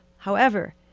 however,